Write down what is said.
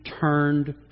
turned